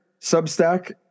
Substack